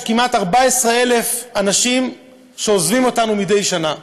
יש כמעט 14,000 אנשים שעוזבים אותנו מדי שנה,